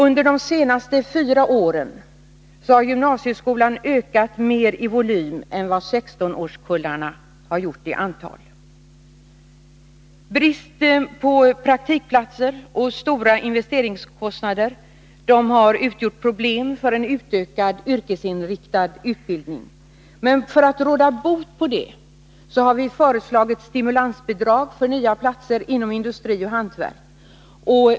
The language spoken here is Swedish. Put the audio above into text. Under de senaste fyra åren har den ökat mer i volym än vad 16-årskullarna har gjort i antal. Bristen på praktikplatser och stora investeringskostnader har utgjort problem för en utökad yrkesinriktad utbildning. Men för att råda bot på det har vi föreslagit stimulansbidrag för nya platser inom industrioch hantverk.